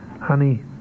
Honey